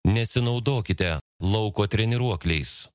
nesinaudokite lauko treniruokliais